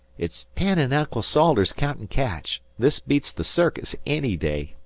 it's penn an' uncle salters caountin' catch. this beats the circus any day,